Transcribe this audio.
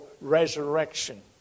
resurrection